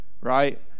right